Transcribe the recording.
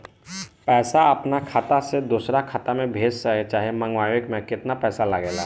पैसा अपना खाता से दोसरा खाता मे भेजे चाहे मंगवावे में केतना पैसा लागेला?